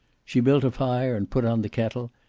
she built a fire and put on the kettle,